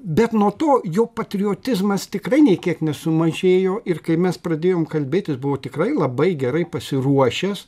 bet nuo to jo patriotizmas tikrai nei kiek nesumažėjo ir kai mes pradėjom kalbėtis buvo tikrai labai gerai pasiruošęs